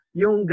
yung